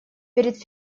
перед